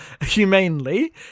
humanely